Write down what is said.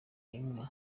inka